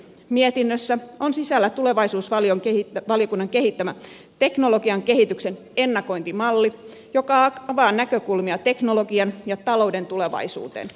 mietinnössä on sisällä tulevaisuusvaliokunnan kehittämä teknologian kehityksen ennakointimalli joka avaa näkökulmia teknologian ja talouden tulevaisuuteen